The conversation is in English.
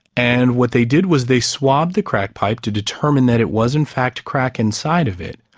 and what they did was they swabbed the crack pipe to determine that it was in fact crack inside of it,